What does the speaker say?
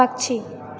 पक्षी